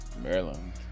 Maryland